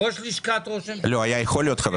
ראש הממשלה לשעבר יאיר לפיד לא קיבלו אבטחה ולא קיבלו רכבים.